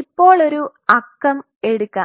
ഇപ്പോൾ ഒരു അക്കം എടുക്കാം